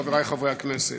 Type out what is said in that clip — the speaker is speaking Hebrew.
חברי חברי הכנסת,